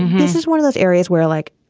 this is one of those areas where, like,